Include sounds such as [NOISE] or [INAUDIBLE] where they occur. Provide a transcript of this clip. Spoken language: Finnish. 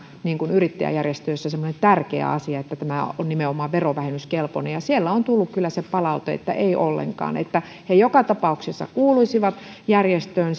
yrittäjäjärjestöissä semmoinen tärkeä asia että että tämä on nimenomaan verovähennyskelpoinen siellä on tullut kyllä se palaute että ei ollenkaan että he joka tapauksessa kuuluisivat järjestöön [UNINTELLIGIBLE]